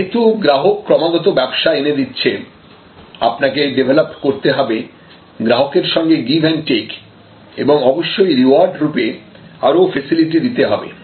যেহেতু গ্রাহক ক্রমাগত ব্যবসা এনে দিচ্ছে আপনাকে ডেভেলপ করতে হবে গ্রাহকের সঙ্গে গিভ অ্যান্ড টেক এবং অবশ্যই রিওয়ার্ড রূপে আরও ফেসিলিটি দিতে হবে